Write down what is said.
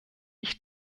ich